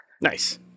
Nice